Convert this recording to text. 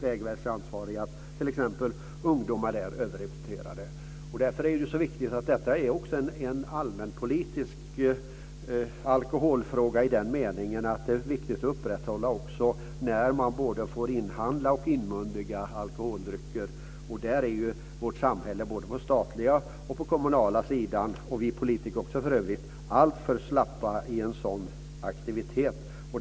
Vägverkets ansvariga säger att ungdomar är överrepresenterade. Detta är också en allmänpolitisk alkoholfråga, i den meningen att det har betydelse när man får inhandla och inmundiga alkoholdrycker. Där är vårt samhälle alltför slappt, både på den statliga och kommunala sidan och för övrigt också vi politiker.